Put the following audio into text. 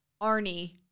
arnie